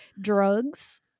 Drugs